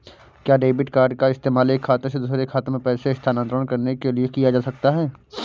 क्या debit card का इस्तेमाल एक खाते से दूसरे खाते में पैसे स्थानांतरण करने के लिए किया जा सकता है?